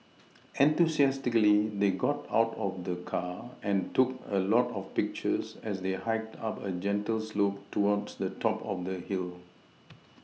enthusiastically they got out of the car and took a lot of pictures as they hiked up a gentle slope towards the top of the hill